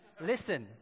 listen